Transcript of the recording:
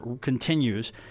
continues